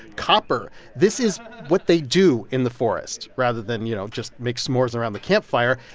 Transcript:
copper this is what they do in the forest. rather than, you know, just make s'mores around the campfire,